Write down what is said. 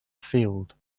field